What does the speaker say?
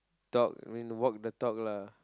talk I mean walk the talk lah